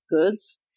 goods